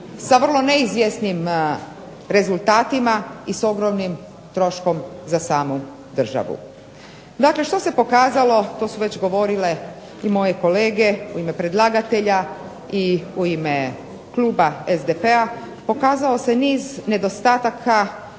sa vrlo neizvjesnim rezultatima i s ogromnim troškom za samu državu. Dakle, što se pokazalo to su već govorile i moje kolege u ime predlagatelja i u ime kluba SDP-a, pokazao se niz nedostataka